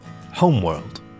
Homeworld